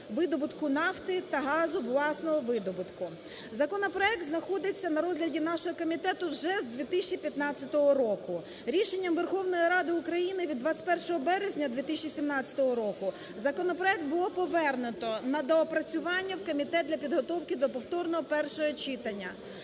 видобутку нафти та газу власного видобутку. Законопроект знаходиться на розгляді нашого комітету вже з 2015 року. Рішенням Верховної Ради України від 21 березня 2017 року законопроект було повернуто на доопрацювання в комітет для підготовки до повторного першого читання.